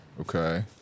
Okay